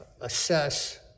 assess